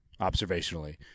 observationally